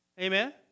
Amen